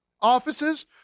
offices